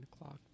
o'clock